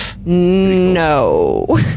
No